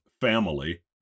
family